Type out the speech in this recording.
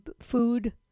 food